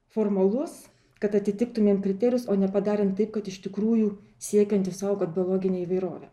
formalus kad atitiktumėm kriterijus o nepadarant taip kad iš tikrųjų siekiant išsaugot biologinę įvairovę